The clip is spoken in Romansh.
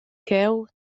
cheu